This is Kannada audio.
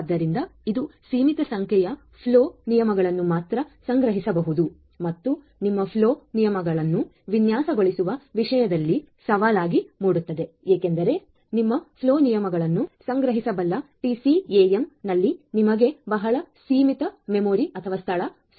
ಆದ್ದರಿಂದ ಇದು ಸೀಮಿತ ಸಂಖ್ಯೆಯ ಫ್ಲೋ ನಿಯಮಗಳನ್ನು ಮಾತ್ರ ಸಂಗ್ರಹಿಸಬಹುದು ಮತ್ತು ಅದು ನಿಮ್ಮ ಫ್ಲೋ ನಿಯಮಗಳನ್ನು ವಿನ್ಯಾಸಗೊಳಿಸುವ ವಿಷಯದಲ್ಲಿ ಸವಾಲಾಗಿ ಮೂಡುತ್ತದೆ ಏಕೆಂದರೆ ನಿಮ್ಮ ಫ್ಲೋ ನಿಯಮಗಳನ್ನು ಸಂಗ್ರಹಿಸಬಲ್ಲ TCAM ನಲ್ಲಿ ನಿಮಗೆ ಬಹಳ ಸೀಮಿತ ಸ್ಥಳವಿದೆ